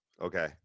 Okay